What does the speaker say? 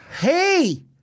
Hey